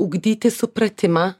ugdyti supratimą